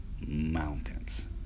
mountains